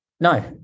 No